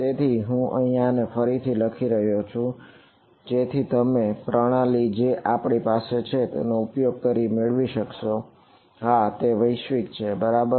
તેથી હું આને ફરીથી લખી રહયો છું જેથી તમને આ પ્રણાલી જે આપણી પાસે છે તેનો ઉપયોગ કરી મેળવી શકો અને હા તે વૈશ્વિક છે બરાબર